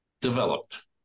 developed